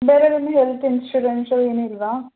ಬೇರೆ ನಿಮ್ಗೆ health insurance ಏನು ಇಲ್ಲವಾ